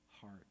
heart